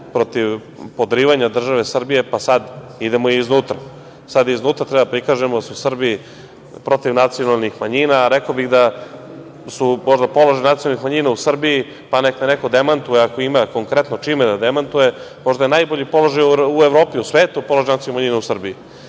protiv podrivanja države Srbije, pa sad idemo i iznutra. Sad iznutra treba da prikažemo da su Srbi protiv nacionalnih manjina, a rekao bih da je možda položaj nacionalnih manjina u Srbiji, pa neka me neko demantuje ako ima konkretno čime da demantuje, možda najbolji položaj u Evropi, u svetu, položaj nacionalnih manjina u Srbiji. Sve